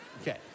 Okay